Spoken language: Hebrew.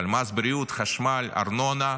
אבל מס בריאות, חשמל, ארנונה,